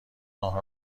آنها